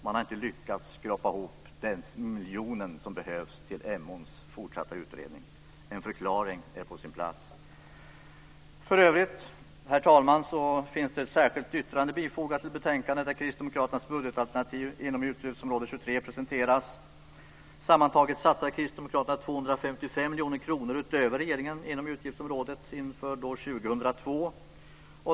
Man har inte lyckats att skrapa ihop ens miljonen som behövs för den fortsatta utredningen om Emån. En förklaring är på sin plats. För övrigt, herr talman, finns det ett särskilt yttrande fogat till betänkandet där Kristdemokraternas budgetalternativ inom utgiftsområde 23 presenteras. Sammantaget satsar Kristdemokraterna 255 miljoner kronor utöver regeringens satsning inom utgiftsområdet inför 2002.